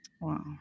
Wow